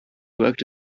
worked